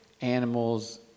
animals